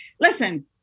listen